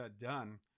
done